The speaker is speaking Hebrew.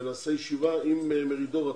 ונעשה ישיבה עם מרידור עצמו,